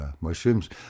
mushrooms